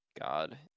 God